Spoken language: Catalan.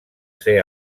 ser